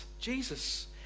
Jesus